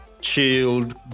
chilled